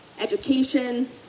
education